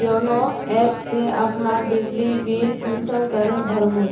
YONO app से अपना बिजली बिल कुंसम करे भर बो?